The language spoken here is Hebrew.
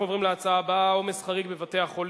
נעבור להצעות הבאות לסדר-היום בנושא: עומס חריג בבתי-החולים,